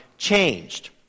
Changed